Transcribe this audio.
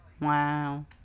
Wow